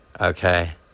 okay